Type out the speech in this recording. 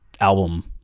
album